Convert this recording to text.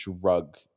drug